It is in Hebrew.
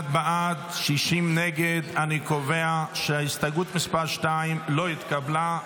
31 בעד, 60 נגד, אני קובע שהסתייגות 2 לא נתקבלה.